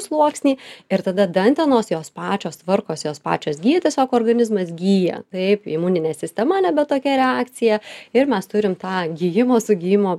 sluoksnį ir tada dantenos jos pačios tvarkosi jos pačios gyja tiesiog organizmas gyja taip imuninė sistema nebe tokia reakcija ir mes turim tą gijimo sugijimo